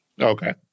Okay